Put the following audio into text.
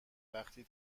وقتی